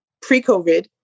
pre-COVID